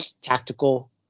tactical